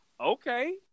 okay